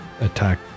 attack